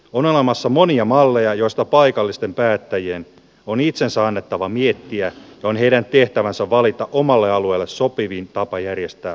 on olemassa monia malleja joita paikallisten päättäjien on itsensä annettava miettiä ja on heidän tehtävänsä valita omalle alueelleen sopivin tapa järjestää sote palvelut